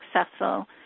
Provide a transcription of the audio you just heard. successful